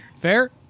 fair